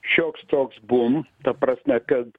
šioks toks bum ta prasme kad